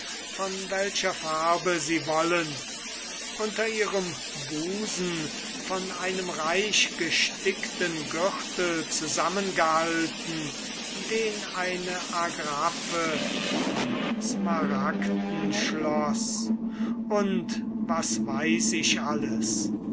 von welcher farbe ihr wollt unter ihrem busen von einem reichgestickten gürtel zusammengehalten den eine agraffe von smaragden schloß und was weiß ich alles